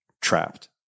trapped